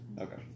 Okay